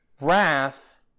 wrath